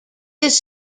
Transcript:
this